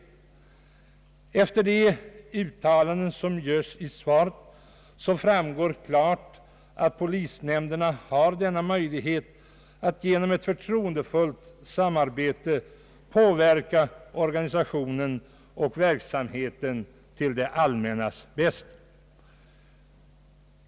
Av de uttalanden som görs i svaret framgår klart att polisnämnderna har möjlighet att genom ett förtroendefullt samarbete påverka organisationen och verksamheten till det allmännas bästa.